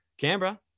Canberra